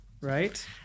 Right